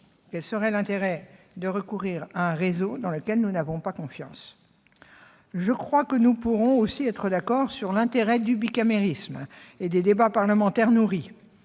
quel serait l'intérêt de recourir à un réseau dans lequel nous n'avons pas confiance ? Je crois que nous pourrons aussi être d'accord sur l'intérêt du bicamérisme et des débats parlementaires nourris